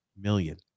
million